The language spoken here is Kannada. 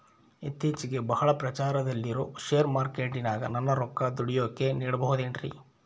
ಇತ್ತೇಚಿಗೆ ಬಹಳ ಪ್ರಚಾರದಲ್ಲಿರೋ ಶೇರ್ ಮಾರ್ಕೇಟಿನಾಗ ನನ್ನ ರೊಕ್ಕ ದುಡಿಯೋಕೆ ಬಿಡುಬಹುದೇನ್ರಿ?